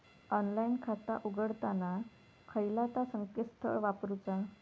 Online खाता उघडताना खयला ता संकेतस्थळ वापरूचा?